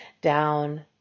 down